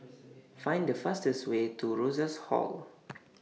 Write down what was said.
Find The fastest Way to Rosas Hall